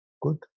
Good